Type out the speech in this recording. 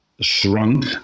shrunk